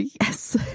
Yes